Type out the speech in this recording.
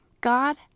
God